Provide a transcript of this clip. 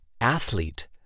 athlete